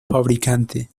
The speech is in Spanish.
fabricante